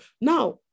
now